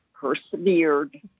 persevered